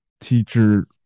teacher